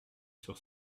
sur